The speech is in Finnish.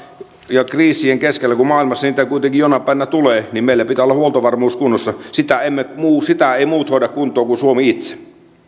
ja kriisien keskellä kun maailmassa niitä kuitenkin jonain päivänä tulee meillä pitää olla huoltovarmuus kunnossa sitä eivät muut hoida kuntoon kuin suomi itse